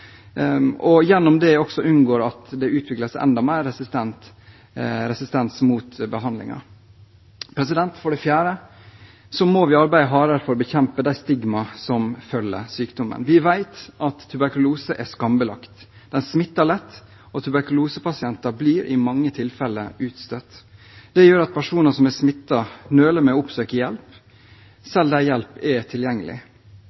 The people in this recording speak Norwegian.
og gjennom dette unngår vi at det utvikles enda mer resistens mot behandlingen. For det fjerde må vi arbeide hardere for å bekjempe de stigma som følger sykdommen. Vi vet at tuberkulose er skambelagt. Den smitter lett, og tuberkulosepasienter blir i mange tilfeller utstøtt. Dette gjør at personer som er smittet, nøler med å oppsøke hjelp,